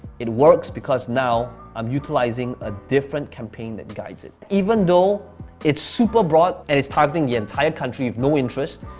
it works because now i'm utilizing a different campaign that guides it. even though it's super broad and it's targeting the entire country with no interest,